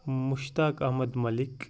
Mushtaq Ahmad Malik